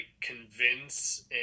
convince